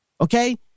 Okay